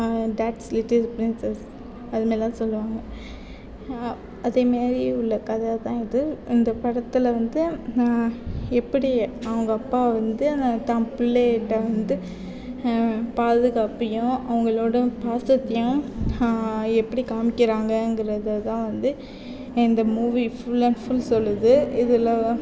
date little princess அது மாரி தான் சொல்லுவாங்க அது மாரி உள்ள கதை தான் இது இந்த படத்தில் வந்து எப்படி அவங்க அப்பா வந்து தான் பிள்ளையிட்ட வந்து பாதுப்பையும் அவங்களோட பாசத்தையும் எப்படி காமிக்கிறாங்கங்குறத தான் வந்து இந்த மூவி ஃபுல் அண்ட் ஃபுல் சொல்வது இதில்